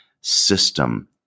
system